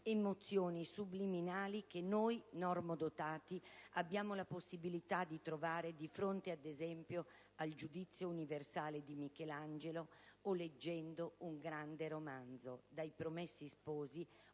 emozioni subliminali che noi normodotati abbiamo la possibilità dì provare di fronte, ad esempio, al «Giudizio universale» di Michelangelo, o leggendo un grande romanzo come i «Promessi Sposi»,